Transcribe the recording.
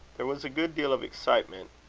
there was a good deal of excitement,